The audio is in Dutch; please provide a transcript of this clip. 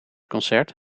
concert